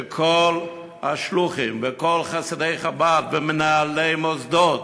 וכל השלוחים וכל חסידי חב"ד ומנהלי המוסדות,